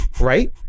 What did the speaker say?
right